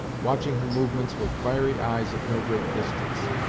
watching her movements with fiery eyes at no great distance.